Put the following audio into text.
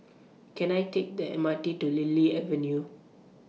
Can I Take The M R T to Lily Avenue